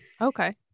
okay